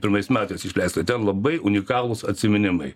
pirmais metais išleista ten labai unikalūs atsiminimai